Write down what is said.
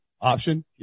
option